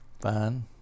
Fine